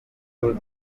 bull